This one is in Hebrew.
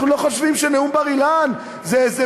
אנחנו לא חושבים שנאום בר-אילן זה איזה